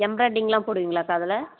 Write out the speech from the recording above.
எம்ப்ராய்டிங்லாம் போடுவிங்களாக்கா அதில்